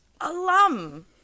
alum